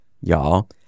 y'all